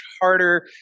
harder